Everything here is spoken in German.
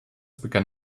begann